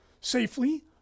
safely